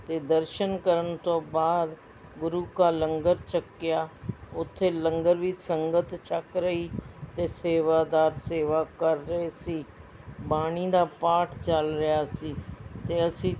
ਅਤੇ ਦਰਸ਼ਨ ਕਰਨ ਤੋਂ ਬਾਅਦ ਗੁਰੂ ਕਾ ਲੰਗਰ ਛਕਿਆ ਉੱਥੇ ਲੰਗਰ ਵੀ ਸੰਗਤ ਛੱਕ ਰਹੀ ਅਤੇ ਸੇਵਾਦਾਰ ਸੇਵਾ ਕਰ ਰਹੇ ਸੀ ਬਾਣੀ ਦਾ ਪਾਠ ਚੱਲ ਰਿਹਾ ਸੀ ਅਤੇ ਅਸੀਂ